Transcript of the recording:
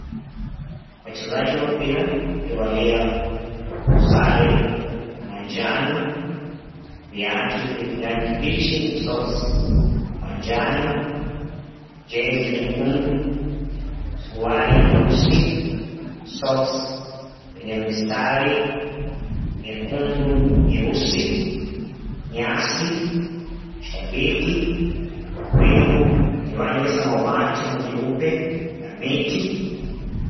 Wachezaji wa mpira waliovalia sare ya manjano, viatu vya kijani kibichi na soksi manjano, jezi nyekundu, suruali nyeusi, soksi yenye mistari miekundu na myeusi. Nyasi, shabiki, mawingu yenye rangi ya samawati na nyeupe, kuna miti.